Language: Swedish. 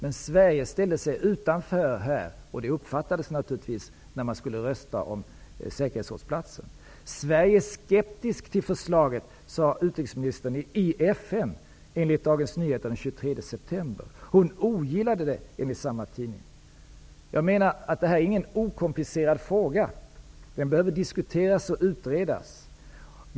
Men Sverige ställde sig utanför, och det uppfattades naturligtvis när man skulle rösta om säkerhetsrådsplatser. Sverige är skeptiskt till förslaget, sade utrikesminstern i FN enligt Dagens Nyheter den 23 september. Hon ogillade det, enligt samma tidning. Jag menar att detta inte är någon okomplicerad fråga. Den behöver diskuteras och utredas.